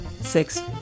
Six